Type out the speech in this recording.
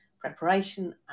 preparation